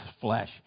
flesh